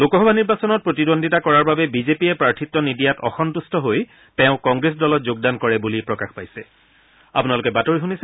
লোকসভা নিৰ্বাচনত প্ৰতিদ্বন্দ্বিতা কৰাৰ বাবে বিজেপিয়ে প্ৰাৰ্থিত্ব নিদিয়াত অসম্ভেষ্ট হৈ তেওঁ কংগ্ৰেছ দলত যোগদান কৰে বুলি প্ৰকাশ পাইছে